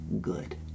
good